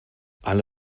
alle